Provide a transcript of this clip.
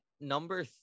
number